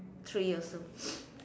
three also